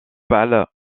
pâles